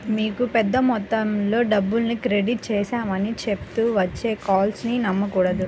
మీకు పెద్ద మొత్తంలో డబ్బుల్ని క్రెడిట్ చేశామని చెప్తూ వచ్చే కాల్స్ ని నమ్మకూడదు